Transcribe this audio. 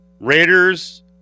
Raiders